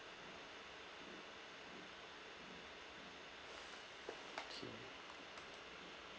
okay